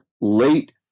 late